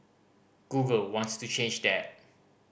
Google wants to change that